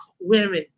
women